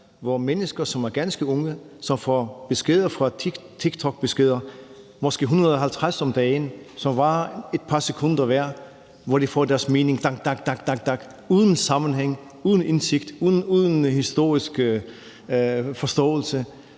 hvor mennesker, som er ganske unge, får TikTok-beskeder, måske 150 om dagen, som varer et par sekunder hver, hvor de får deres mening, dak, dak, dak, uden sammenhæng, uden indsigt, uden historisk forståelse,